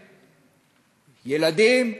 ילדים,